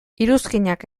iruzkinak